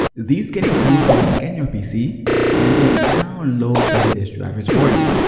these scanning tools will scan your pc and then download the latest drivers for you.